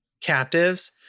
captives